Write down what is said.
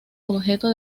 objeto